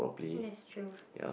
that's true